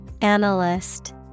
Analyst